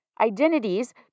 identities